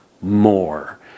more